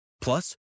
Plus